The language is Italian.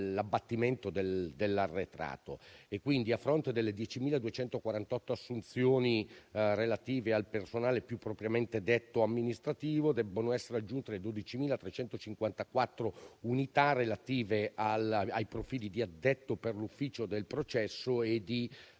l'abbattimento dell'arretrato e quindi, a fronte delle 10.248 assunzioni relative al personale più propriamente detto amministrativo, devono essere aggiunte le 12.354 unità relative ai profili di addetto per l'ufficio del processo e di